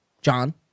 John